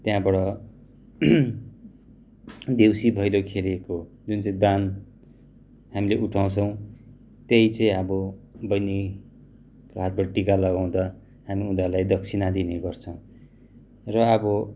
त्यहाँबाट देउसी भैलो खेलेको जुन चाहिँ दान हामीले उठाउछौँ त्यही चाहिँ अब बहिनीको हातबाट टिका लगाउँदा हामी उनीहरूलाई दक्षिणा दिने गर्छौँ र अब